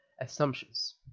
assumptions